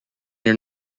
your